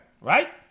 Right